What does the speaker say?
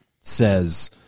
says